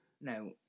No